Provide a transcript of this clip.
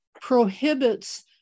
prohibits